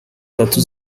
tatu